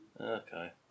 Okay